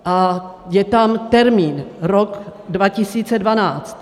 A je tam termín rok 2012.